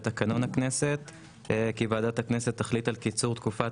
לתקנון הכנסת כי ועדת הכנסת תחליט על קיצור תקופת